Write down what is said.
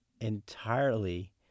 entirely